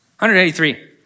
183